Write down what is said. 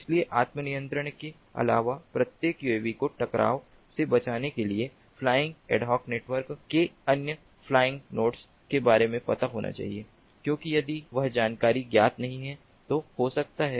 इसलिए आत्म नियंत्रण के अलावा प्रत्येक यूएवी को टकराव से बचने के लिए फ्लाइंग एड हॉक नेटवर्क के अन्य फ्लाइंग नोड्स के बारे में पता होना चाहिए क्योंकि यदि वह जानकारी ज्ञात नहीं है तो हो सकता है